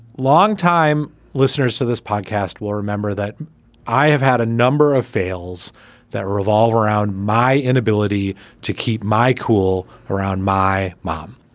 longtime listeners to this podcast will remember that i have had a number of fales that revolve around my inability to keep my cool around my mom,